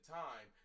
time